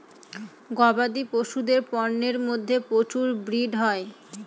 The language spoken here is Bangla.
গবাদি পশুদের পন্যের মধ্যে প্রচুর ব্রিড হয়